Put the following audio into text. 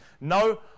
no